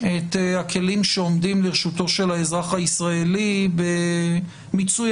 את הכלים שעומדים לרשות האזרחי הישראלי במיצוי